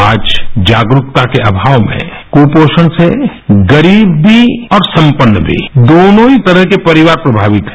आज जागरूकता के अभाव में कुपोषण से गरीब भी और संपन्न भी दोनों ही तरह के परिवार प्रभावित हैं